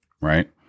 Right